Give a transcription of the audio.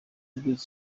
igihugu